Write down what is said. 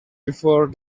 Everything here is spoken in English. before